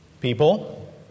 People